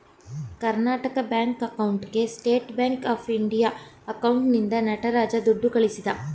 Karnataka bank ಅಕೌಂಟ್ಗೆ state bank of India ಅಕೌಂಟ್ನಿಂದ ನಟರಾಜ ದುಡ್ಡು ಕಳಿಸಿದ